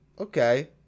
okay